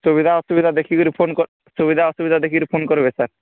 ସୁବିଧା ଅସୁବିଧା ଦେଖି କରି ଫୋନ୍ କରି ସୁବିଧା ଅସୁବିଧା ଦେଖିକରି ଫୋନ୍ କରିବେ ସାର୍